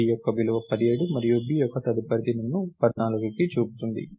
B యొక్క విలువ 17 మరియు B యొక్క తదుపరిది నన్ను 14కి చూపుతుంది